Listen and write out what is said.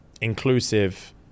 inclusive